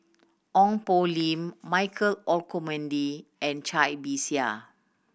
Ong Poh Lim Michael Olcomendy and Cai Bixia